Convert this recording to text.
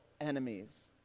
enemies